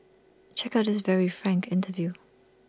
check out this very frank interview